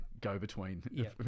go-between